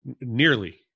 Nearly